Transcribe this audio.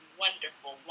wonderful